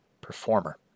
performer